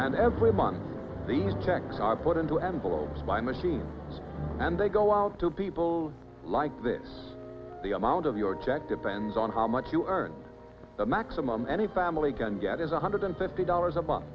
and every month these checks are put into envelopes by machine and they go out to people like that the amount of your check depends on how much you earn the maximum any family can get is one hundred fifty dollars a month